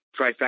trifecta